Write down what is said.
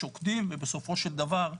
שוקדים ובסופו של דבר,